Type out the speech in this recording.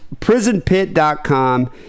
prisonpit.com